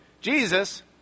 Jesus